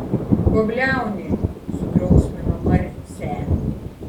ko bliauni sudrausmino marcę